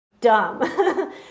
dumb